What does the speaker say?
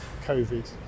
COVID